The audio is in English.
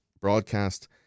broadcast